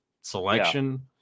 selection